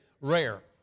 rare